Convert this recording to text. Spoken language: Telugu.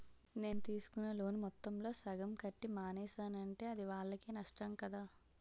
నేను తీసుకున్న లోను మొత్తంలో సగం కట్టి మానేసానంటే అది వాళ్ళకే నష్టం కదా